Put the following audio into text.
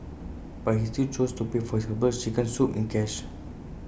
but he still chose to pay for his Herbal Chicken Soup in cash